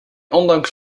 onlangs